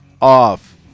off